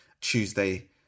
Tuesday